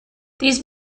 these